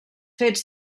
fets